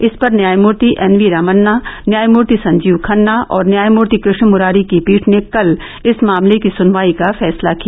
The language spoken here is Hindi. इस पर न्यायमूर्ति एन वी रामन्ना न्यायमूर्ति संजीव खन्ना और न्यायमूर्ति कृष्ण मुरारी की पीठ ने कल इस मामले की सुनवाई का फैसला किया